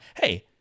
hey